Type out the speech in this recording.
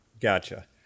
Gotcha